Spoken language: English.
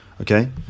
okay